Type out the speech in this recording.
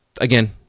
again